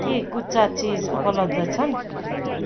के गुच्छा चिज उपलब्ध छन्